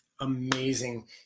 Amazing